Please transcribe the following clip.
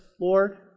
Lord